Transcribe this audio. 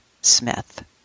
smith